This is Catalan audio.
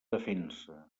defensa